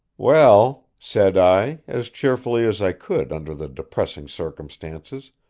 well, said i, as cheerfully as i could under the depressing circumstances,